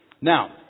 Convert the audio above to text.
Now